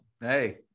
hey